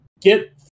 get